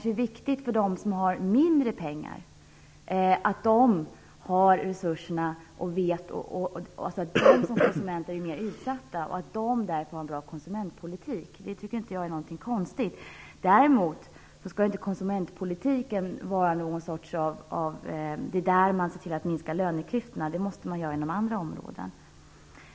Jag vill säga att de som har mindre pengar är mer utsatta som konsumenter, och det är därför viktigt för dem med en bra konsumentpolitik. Det tycker inte jag är någonting konstigt. Däremot är det ju inte genom konsumentpolitiken som man skall se till att minska löneklyftorna. Det måste man arbeta för inom andra områden.